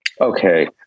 Okay